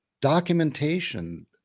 documentation